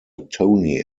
tony